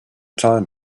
time